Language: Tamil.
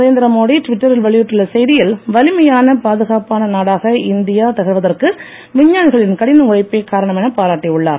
நரேந்திர மோடி டிவிட்டரில் வெளியிட்டுள்ள செய்தியில் வலிமையான பாதுகாப்பான நாடாக இந்திய திகழ்வதற்கு விஞ்ஞானிகளின் கடின உழைப்பே காரணம் எனப் பாராட்டி உள்ளார்